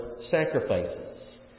sacrifices